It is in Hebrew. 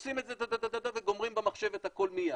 עושים את זה וגומרים במחשב את הכול מיד.